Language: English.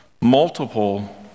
multiple